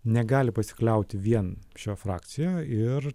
negali pasikliauti vien šia frakcija ir